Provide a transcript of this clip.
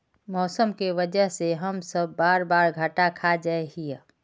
मौसम के वजह से हम सब बार बार घटा खा जाए हीये?